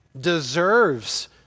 deserves